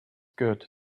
good